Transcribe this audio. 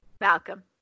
Malcolm